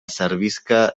servisca